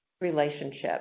relationship